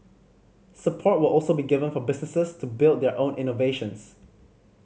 support will also be given for businesses to build their own innovations